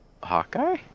Hawkeye